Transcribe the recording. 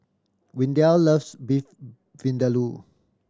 Windell loves Beef Vindaloo